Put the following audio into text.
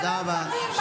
תודה רבה.